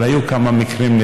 אבל היו כמה מקרים,